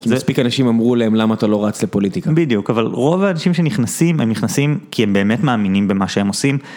אנשים אמרו להם למה אתה לא רץ לפוליטיקה בדיוק אבל רוב האנשים שנכנסים הם נכנסים כי הם באמת מאמינים במה שהם עושים.